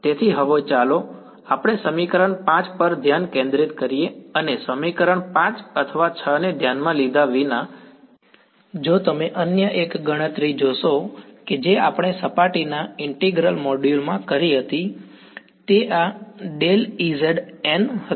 તેથી હવે ચાલો આપણે સમીકરણ 5 પર ધ્યાન કેન્દ્રિત કરીએ અને સમીકરણ 5 અથવા 6 ને ધ્યાનમાં લીધા વિના જો તમે અન્ય એક ગણતરી જોશો કે જે આપણે સપાટીના ઈન્ટીગ્રલ મોડ્યુલ માં કરી હતી તે આ હતી